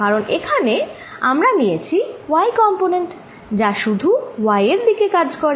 কারণ এখানে আমরা নিয়েছি y কম্পনেন্ট যা শুধু y দিকে কাজ করে